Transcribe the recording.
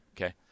okay